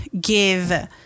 give